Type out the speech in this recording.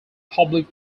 public